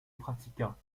pratiqua